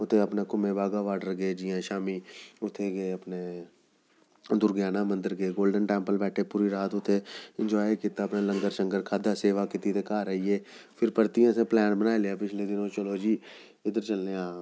उत्थें अपने घूमेे बाघा बार्डर गे जियां शाम्मी उत्थें गे अपने दुर्गायाना मन्दर गे गोल्डन बैठे पूरी रात उत्थें इंजाय कीता अपना लंगर शंगर खाद्धा सेवा कीती ते घर आई गे फिर परतियै असें प्लैन बनाई लेआ पिछले दिनें चलो जी इद्धर चलने आं